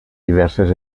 diverses